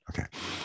Okay